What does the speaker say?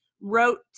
wrote